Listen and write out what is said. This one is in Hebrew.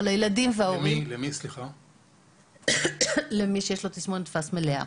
למי שיש לו את התסמונת המלאה.